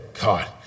God